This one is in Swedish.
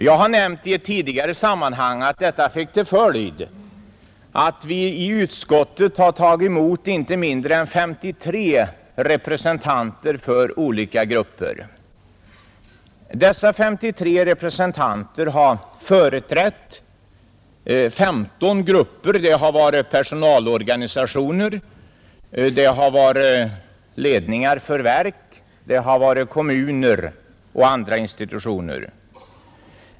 Jag har nämnt i ett tidigare sammanhang att detta fick till följd att vi i utskottet har tagit emot inte mindre än 53 representanter för olika grupper. Dessa 53 representanter har företrätt 15 grupper bestående av personalorganisationer, verksledningar, kommuner och andra organ.